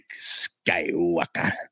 Skywalker